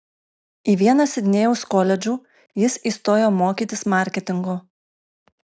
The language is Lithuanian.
į vieną sidnėjaus koledžų jis įstojo mokytis marketingo